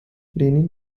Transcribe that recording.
lenin